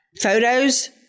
photos